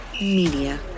Media